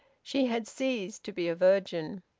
she had ceased to be a virgin.